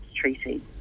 treaty